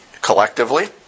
collectively